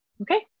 Okay